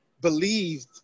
believed